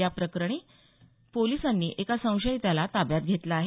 या प्रकरणी पोलिसांनी एका संशयिताला ताब्यात घेतलं आहे